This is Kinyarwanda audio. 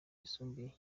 yisumbuye